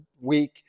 week